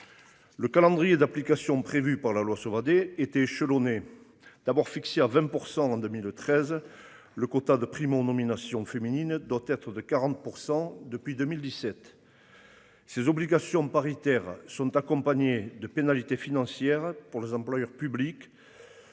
Le calendrier d'application prévue par la loi Sauvadet étaient échelonnés d'abord fixée à 20% en 2013. Le quota de primes ont nominations féminines doit être de 40% depuis 2017. Ces obligations paritaire. Sont accompagnés de pénalités financières pour les employeurs publics.